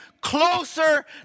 closer